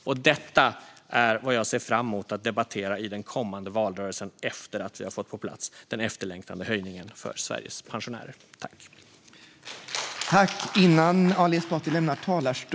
Och detta är vad jag ser fram mot att debattera i den kommande valrörelsen, efter att vi har fått den efterlängtade höjningen för Sveriges pensionärer på plats. Det kan det säkert vara; jag kan ha tittat i en version som inte var färdig. Jag yrkar i alla fall bifall till Vänsterpartiets reservation, som jag bedömer vara den bästa.